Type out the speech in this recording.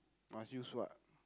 must use what